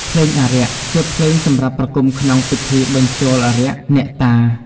ភ្លេងអារក្ស ជាភ្លេងសម្រាប់ប្រគំក្នុងពិធីបញ្ចូលអារក្ស អ្នកតា។